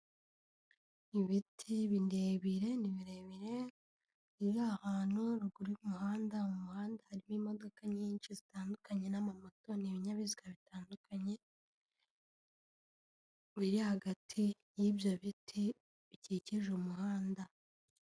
Ibiti birebire, ni birebire, biri ahantu rugura y'umuhanda, mu muhanda harimo imodoka nyinshi zitandukanye n'amamoto n'ibinyabiziga bitandukanye, biri hagati y'ibyo biti bikikije umuhanda